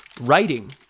writing